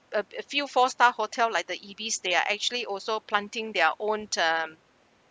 a a few four star hotel like the ibis they are actually also planting their own um